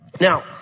Now